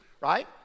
right